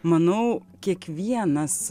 manau kiekvienas